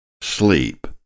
sleep